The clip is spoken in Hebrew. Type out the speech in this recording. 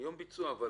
מיום ביצועה.